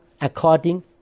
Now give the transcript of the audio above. according